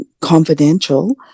confidential